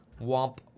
Womp